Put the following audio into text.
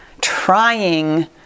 trying